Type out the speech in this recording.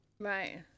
Right